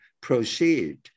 proceed